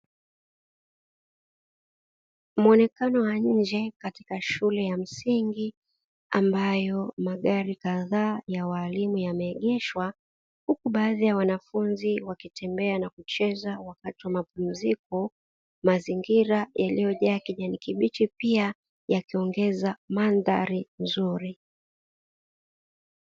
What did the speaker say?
Muonekano wa nje katika shule ya msingi ambayo magari kadhaa ya walimu yameegeshwa, huku baadhi ya wanafunzi wakitembea na kucheza wakati wa mapumziko, mazingira yaliyojaa kijani kibichi pia yakiongeza mandhari nzuri.